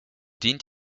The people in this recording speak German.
dient